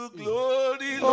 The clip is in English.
glory